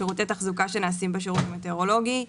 שירותי תחזוקה שנעשים בשירות המטאורולוגי,